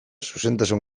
zuzentasun